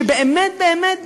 שבאמת באמת,